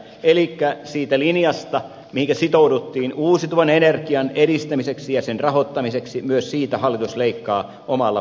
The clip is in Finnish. elikkä siitä linjasta mihinkä sitouduttiin uusiutuvan energian edistämiseksi ja sen rahoittamiseksi myös siitä hallitus leikkaa omalla budjettiesityksellään